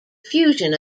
fusion